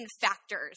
factors